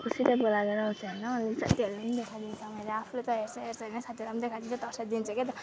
खुसी टाइपको लागेर आउँछ होइन अनि साथीहरूलाई पनि देखाइदिन्छ आफूले त हेर्छ हेर्छ साथीहरूलाई पनि देखाइदिन्छ तर्साइदिन्छ के त